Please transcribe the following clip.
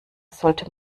sollte